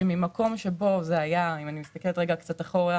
למה אז היה איסור על המשכנתאות?